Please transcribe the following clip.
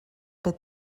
beth